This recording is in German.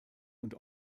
und